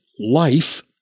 life